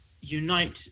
unite